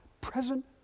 present